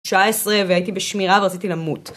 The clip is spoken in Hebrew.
תשעה עשרה והייתי בשמירה ורציתי למות.